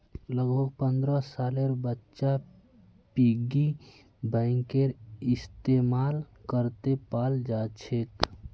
लगभग पन्द्रह सालेर बच्चा पिग्गी बैंकेर इस्तेमाल करते पाल जाछेक